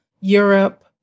Europe